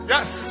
Yes